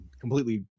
completely